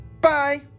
Bye